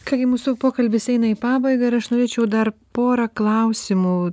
ką gi mūsų pokalbis eina į pabaigą ir aš norėčiau dar porą klausimų